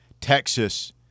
Texas